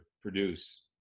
produce